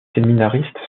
séminaristes